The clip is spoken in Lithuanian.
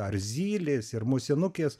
ar zylės ir musinukės